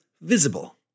Visible